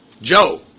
Joe